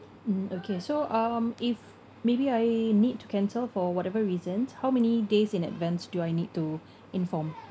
mm okay so um if maybe I need to cancel for whatever reasons how many days in advance do I need to inform